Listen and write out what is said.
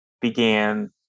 began